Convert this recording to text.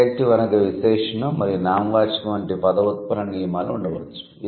adjective అనగా విశేషణం మరియు నామవాచకం వంటి పద ఉత్పన్న నియమాలు ఉండవచ్చు